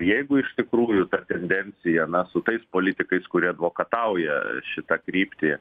jeigu iš tikrųjų ta tendencija na su tais politikais kurie advokatauja šitą kryptį